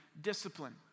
discipline